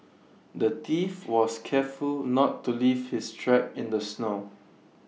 the thief was careful not to leave his tracks in the snow